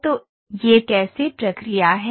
तो यह कैसे प्रक्रिया है